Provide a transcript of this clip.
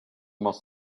most